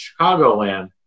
Chicagoland